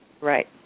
Right